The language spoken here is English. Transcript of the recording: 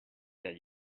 that